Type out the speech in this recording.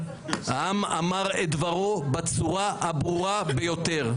העם אמר את דברו בצורה הברורה ביותר.